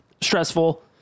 stressful